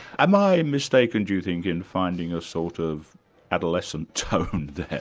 am i mistaken do you think in finding a sort of adolescent tone there?